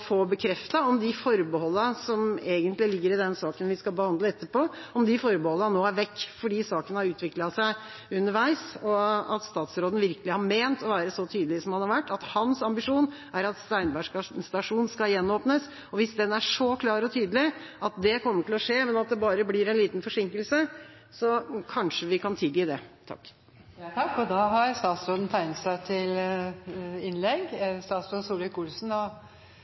få bekreftet, om de forbeholdene som egentlig ligger i den saken vi skal behandle etterpå, er vekk, fordi saken har utviklet seg underveis, og om statsråden virkelig har ment å være så tydelig som han har vært – at hans ambisjon er at Steinberg stasjon skal gjenåpnes. Hvis den ambisjonen er så klar og tydelig at det kommer til å skje, men at det bare blir en liten forsinkelse, så kanskje vi kan tilgi det. Da har statsråd Ketil Solvik-Olsen tegnet seg til innlegg.